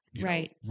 right